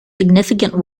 significant